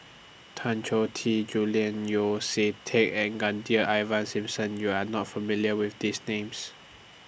Tan Choh Tee Julian Yeo See Teck and Ivan Simson YOU Are not familiar with These Names